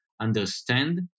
understand